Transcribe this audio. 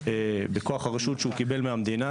בכוח הרשות שהוא קיבל מהמדינה,